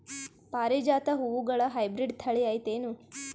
ಪಾರಿಜಾತ ಹೂವುಗಳ ಹೈಬ್ರಿಡ್ ಥಳಿ ಐತೇನು?